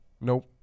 Nope